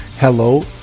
Hello